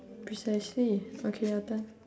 precisely okay your turn